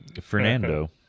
Fernando